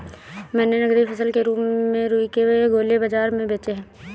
मैंने नगदी फसल के रूप में रुई के गोले बाजार में बेचे हैं